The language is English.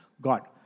God